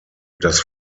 das